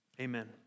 Amen